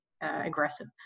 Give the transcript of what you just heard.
aggressive